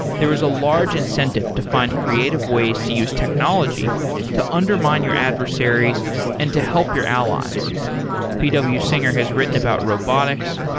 there is a large incentive to find creative ways to use technology to undermine your adversaries and to help your allies p w. singer has written about robotics,